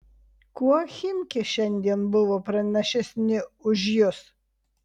kuo chimki šiandien buvo pranašesni už jus